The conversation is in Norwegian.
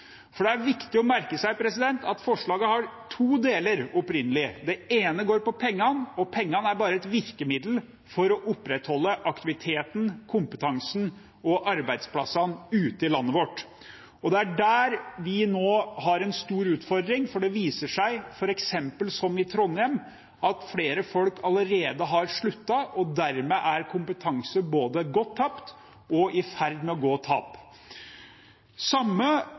dag. Det er viktig å merke seg at forslaget opprinnelig har to deler. Den ene går på pengene, og pengene er bare et virkemiddel for å opprettholde aktiviteten, kompetansen og arbeidsplassene ute i landet vårt. Og det er der vi nå har en stor utfordring, for det viser seg, f.eks. som i Trondheim, at flere folk allerede har sluttet, og dermed er kompetanse både gått tapt og i ferd med å gå tapt. På samme